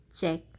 Check